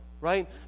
right